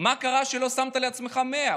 מה קרה שלא נתת לעצמך 100?